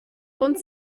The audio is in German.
grund